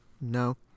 No